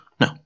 No